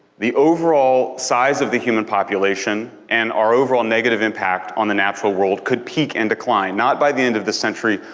the overall size of the human population, and our overall negative impact on the natural world could peak and decline not by the end of the century,